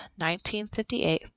1958